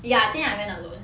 ya think I went alone